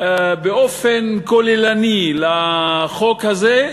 באופן כוללני לחוק הזה,